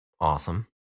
awesome